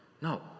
No